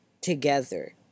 together